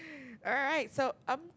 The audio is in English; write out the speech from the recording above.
alright so up